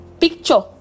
picture